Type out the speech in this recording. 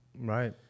Right